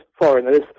foreigners